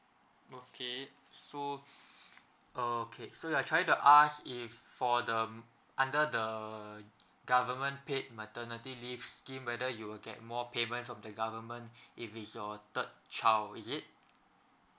okay so orh okay so I try to ask if for the under the government paid maternity leave scheme whether you will get more payment from the government if is your third child is it